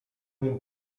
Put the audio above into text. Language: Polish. nimi